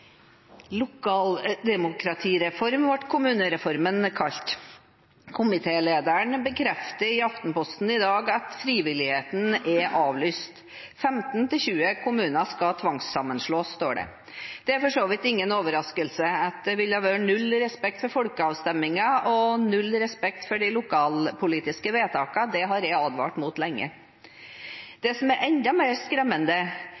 avlyst. 15–20 kommuner skal tvangssammenslås, står det. Det er for så vidt ingen overraskelse at det vil være null respekt for resultatet av folkeavstemninger og null respekt for de lokalpolitiske vedtakene. Det har jeg advart mot lenge. Det som er enda mer skremmende,